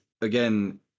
again